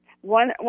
One